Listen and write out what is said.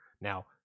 Now